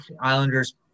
Islanders